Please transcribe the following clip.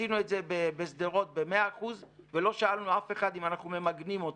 עשינו את זה בשדרות ב-100% ולא שאלנו אף אחד אם אנחנו ממגנים אותו.